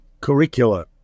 curricula